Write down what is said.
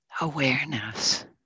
awareness